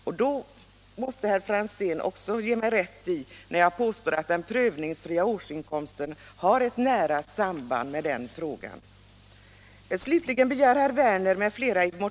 Därför måste herr Franzén ge mig rätt när jag påstår att den prövningsfria årsinkomsten har ett nära samband med den frågan.